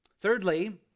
Thirdly